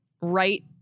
right